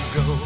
go